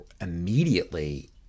immediately